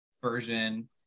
version